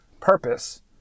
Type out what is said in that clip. purpose